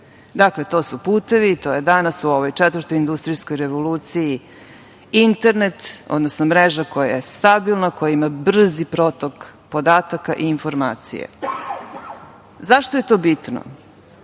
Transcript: to su putevi, to je danas u ovoj četvrtoj industrijskoj revoluciji internet, odnosno mreža koja je stabilna, koja ima brzi protok podataka i informacije.Zašto je to bitno?